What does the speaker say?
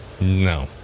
No